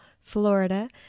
Florida